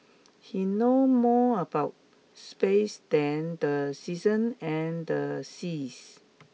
he know more about space than the seasons and the seas